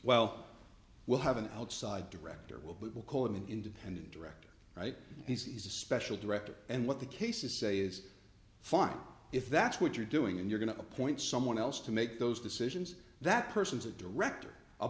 well we'll have an outside director will but we'll call him an independent director right he's a special director and what the cases say is fine if that's what you're doing and you're going to appoint someone else to make those decisions that person's a director